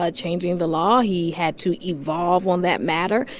ah changing the law, he had to evolve on that matter.